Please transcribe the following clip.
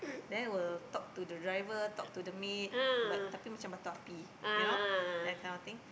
then will talk to the driver talk to the maid but tetapi macam batu api you know that kind of thing